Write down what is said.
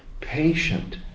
patient